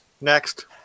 Next